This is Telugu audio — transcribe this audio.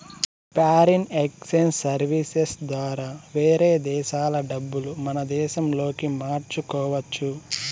ఫారిన్ ఎక్సేంజ్ సర్వీసెస్ ద్వారా వేరే దేశాల డబ్బులు మన దేశంలోకి మార్చుకోవచ్చు